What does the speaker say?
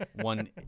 one